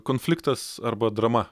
konfliktas arba drama